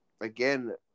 again